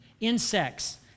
insects